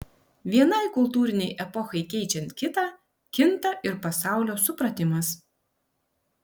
vienai kultūrinei epochai keičiant kitą kinta ir pasaulio supratimas